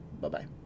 Bye-bye